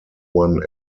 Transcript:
one